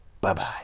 Bye-bye